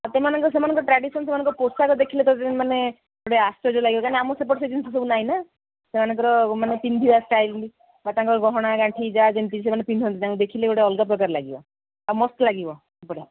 ସେମାନେ ସେମାନଙ୍କର ଟ୍ରାଡ଼ିସନ୍ ସେମାନଙ୍କର ପୋଷାକ ଦେଖିଲେତ ମାନେ ଗୋଟେ ଆଶ୍ଚର୍ଯ୍ୟ ଲାଗିବ କାହିଁ ଆମର ସେପଟେ ସେ ଜିନିଷ ସବୁ ନାଇଁନା ସେମାନଙ୍କର ମାନେ ପିନ୍ଧିବା ଷ୍ଟାଇଲ୍ ବା ତାଙ୍କର ଗହଣା ଗାଣ୍ଠି ଯାହା ଯେମିତି ସେମାନେ ପିନ୍ଧନ୍ତି ତାଙ୍କୁ ଦେଖିଲେ ଗୋଟେ ଅଲଗା ପ୍ରକାର ଲାଗିବ ଆଉ ମସ୍ତ ଲାଗିବ ବଢ଼ିଆ